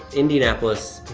indianapolis.